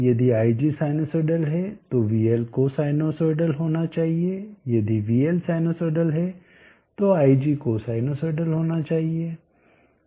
यदि ig sinusoidal है तो vL कोसाइनसोइडल होना चाहिए यदि vL साइनसोइडल है तो ig कोसाइनसोइडल होना चाहिए